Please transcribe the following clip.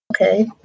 okay